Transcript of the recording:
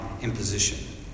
imposition